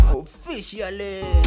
officially